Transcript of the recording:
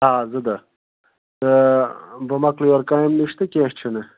آ زٕ دۄہ تہٕ بہٕ مۄکلہٕ یورٕ کامہِ نِش تہٕ کیٚنٛہہ چھُنہٕ